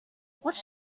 watch